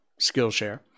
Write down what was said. Skillshare